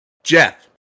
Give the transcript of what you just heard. Jeff